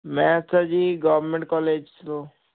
ਮੈਂ ਤਾਂ ਜੀ ਗਵਰਨਮੈਂਟ ਕਾਲਜ